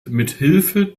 mithilfe